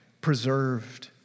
preserved